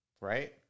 right